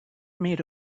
made